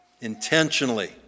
Intentionally